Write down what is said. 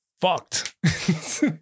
fucked